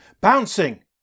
bouncing